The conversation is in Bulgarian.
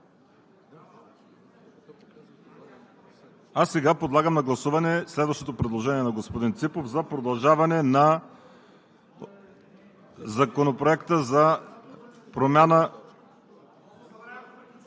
Сега подлагам на гласуване следващото предложение на господин Ципов за продължаване на Законопроекта за промяна…